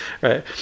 right